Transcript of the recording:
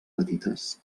petites